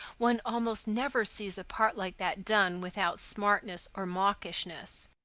one almost never sees a part like that done without smartness or mawkishness.